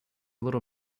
little